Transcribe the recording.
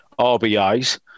RBIs